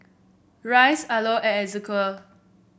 Rice Arlo Ezequiel